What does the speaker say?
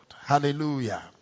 Hallelujah